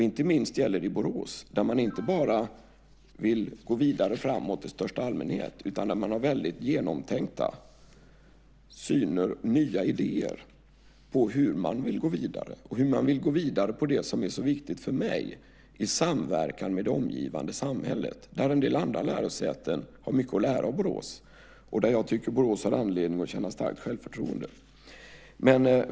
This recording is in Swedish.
Inte minst gäller det i Borås där man inte bara vill gå vidare framåt i största allmänhet utan där man har genomtänkta nya idéer på hur man vill gå vidare - hur man vill gå vidare med det som är så viktigt för mig i samverkan med det omgivande samhället. Där har en del andra lärosäten mycket att lära av Borås, och Borås har anledning att känna starkt självförtroende.